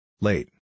Late